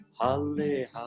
Hallelujah